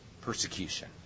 persecution